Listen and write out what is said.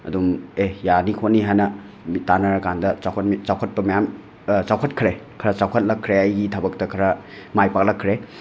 ꯑꯗꯨꯝ ꯑꯦ ꯌꯥꯔꯅꯤ ꯈꯣꯠꯅꯤ ꯍꯥꯏꯅ ꯇꯥꯟꯅꯔ ꯀꯥꯟꯗ ꯆꯥꯎꯈꯠꯃꯤ ꯆꯥꯎꯈꯠꯄ ꯃꯌꯥꯝ ꯆꯥꯎꯈꯠꯈ꯭ꯔꯦ ꯈꯔ ꯆꯥꯎꯈꯠꯂꯛꯈ꯭ꯔꯦ ꯑꯩꯒꯤ ꯊꯕꯛꯇ ꯈꯔ ꯃꯥꯏ ꯄꯥꯛꯂꯛꯈ꯭ꯔꯦ